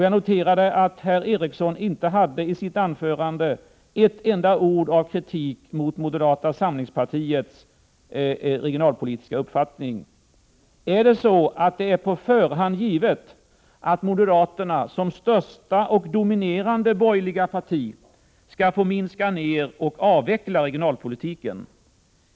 Jag noterade att herr Eriksson i sitt anförande inte hade ett enda ord av kritik av moderata samlingspartiets regionalpolitiska uppfattning. Är det på förhand givet att moderaterna som största och dominerande borgerligt parti skall få minska ned och avveckla regionalpolitiken?